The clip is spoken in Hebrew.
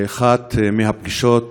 לאחת הפגישות